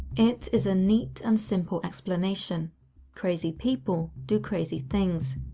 it is a neat and simple explanation crazy people do crazy things.